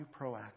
proactive